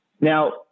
Now